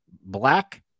Black